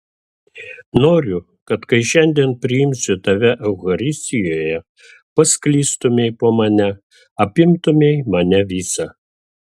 noriu kad kai šiandien priimsiu tave eucharistijoje pasklistumei po mane apimtumei mane visą